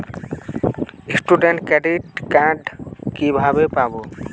Student credit card কিভাবে পাব?